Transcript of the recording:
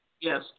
Yes